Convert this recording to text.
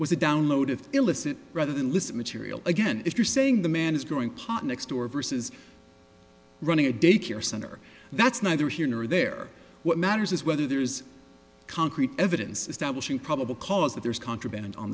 was a download of illicit rather than listen material again if you're saying the man is growing pot next door versus running a daycare center that's neither here nor there what matters is whether there's concrete evidence establishing probable cause that there's contraband on